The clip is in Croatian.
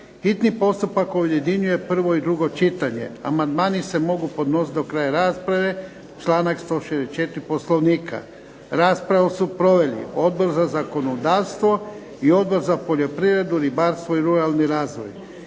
hitni postupak objedinjuje prvo i drugo čitanje. Amandmani se mogu podnositi do kraja rasprave, članak 164. Poslovnika. Raspravu su proveli Odbor za zakonodavstvo i Odbor za poljoprivredu, ribarstvo i ruralni razvoj.